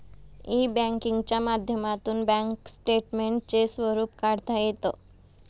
E बँकिंगच्या माध्यमातून bank स्टेटमेंटचे स्वरूप काढता येतं